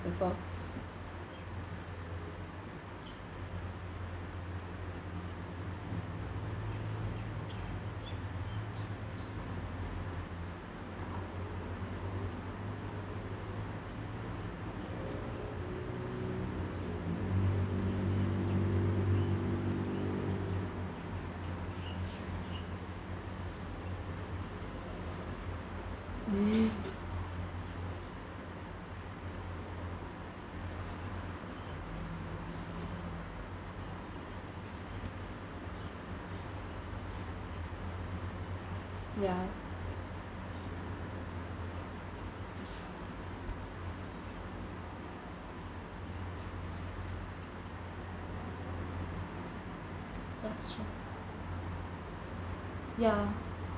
before ya ya